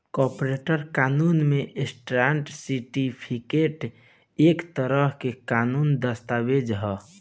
corporate कानून में, stock certificate एक तरह के कानूनी दस्तावेज ह